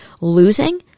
losing